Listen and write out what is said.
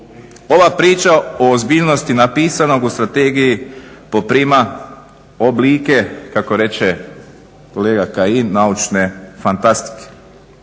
Ova priča o ozbiljnosti napisanog u strategiji poprima oblike kako reče kolega Kajin naučne fantastike.